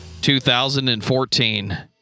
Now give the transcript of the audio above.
2014